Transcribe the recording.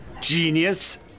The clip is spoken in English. Genius